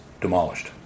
demolished